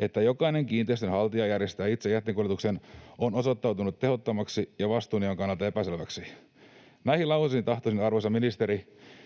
että jokainen kiinteistön haltija järjestää itse jätteenkuljetuksen, on osoittautunut tehottomaksi ja vastuunjaon kannalta epäselväksi.” Näihin lauseisiin tahtoisin, arvoisa ministeri,